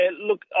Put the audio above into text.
look